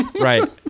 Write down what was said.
right